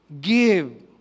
Give